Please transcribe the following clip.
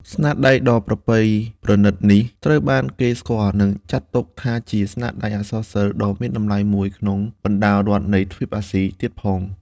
ស្នាដៃដ៏ប្រពៃប្រណិតនេះ ត្រូវបានគេស្គាល់ និងគេចាត់ទុកថាជាស្នាដៃអក្សរសិល្ប៍ដ៏មានតម្លៃមួយក្នុងបណ្តារដ្ឋនៃទ្វីបអាស៊ី ទៀតផង។